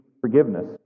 forgiveness